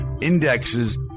indexes